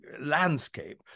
landscape